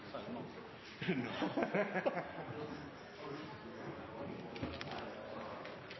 så er det